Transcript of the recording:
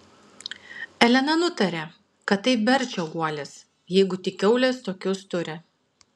elena nutarė kad tai berčio guolis jeigu tik kiaulės tokius turi